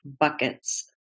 buckets